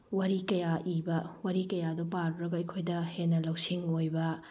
ꯋꯥꯔꯤ ꯀꯌꯥ ꯏꯕ ꯋꯥꯔꯤ ꯀꯌꯥꯗꯣ ꯄꯥꯔꯨꯔꯒ ꯑꯩꯈꯣꯏꯗ ꯍꯦꯟꯅ ꯂꯧꯁꯤꯡ ꯑꯣꯏꯕ